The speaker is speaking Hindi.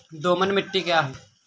दोमट मिट्टी क्या है?